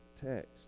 text